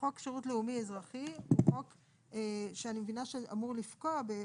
חוק שירות לאומי אזרחי הוא חוק שאני מבינה שאמור לפקוע.